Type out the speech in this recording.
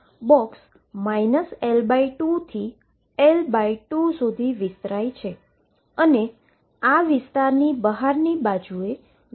તેથી box L2 થી L2 સુધી વિસ્તરાય છે અને આ વિસ્તારની બહારની V0 છે